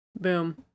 Boom